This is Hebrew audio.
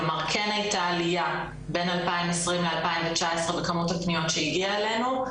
כלומר כן הייתה עלייה בין 2020 ל-2019 בכמות הפניות שהגיעה אלינו,